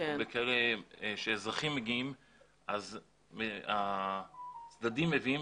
אזרחים מגיעים והצדדים מביאים